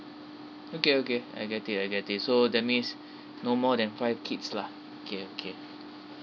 okay okay I get it I get it so that means no more than five kids lah okay okay